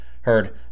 heard